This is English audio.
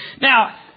Now